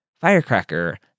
Firecracker